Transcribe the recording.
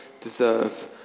deserve